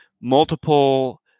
multiple